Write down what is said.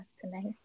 tonight